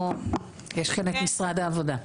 יש כאן את משרד העבודה.